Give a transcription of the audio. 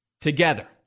together